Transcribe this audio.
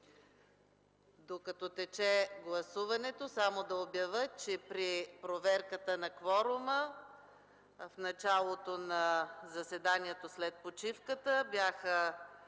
Докато тече гласуването само да обявя, че при проверката на кворума – в началото на заседанието, след почивката,